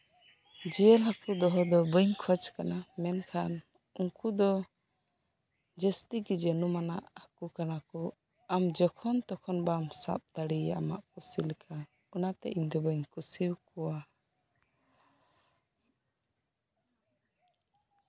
ᱡᱮᱞ ᱦᱟᱠᱳ ᱫᱚᱦᱚ ᱫᱚ ᱵᱟᱹᱧ ᱠᱷᱚᱡᱽ ᱠᱟᱱᱟ ᱢᱮᱱᱠᱷᱟᱱ ᱩᱱᱠᱩ ᱫᱚ ᱡᱟᱹᱥᱛᱤ ᱜᱮ ᱡᱟᱱᱩᱢᱟᱱᱟᱜ ᱦᱟᱠᱳ ᱠᱟᱱᱟ ᱠᱚ ᱟᱢ ᱡᱚᱠᱷᱚᱱᱼᱛᱚᱠᱷᱚᱱ ᱵᱟᱢ ᱥᱟᱵ ᱫᱟᱲᱮᱣᱟᱭᱟ ᱟᱢᱟᱜ ᱠᱩᱥᱤ ᱞᱮᱠᱟ ᱚᱱᱟᱛᱮ ᱤᱧ ᱫᱚ ᱵᱟᱹᱧ ᱠᱩᱥᱤᱭᱟᱠᱚᱣᱟ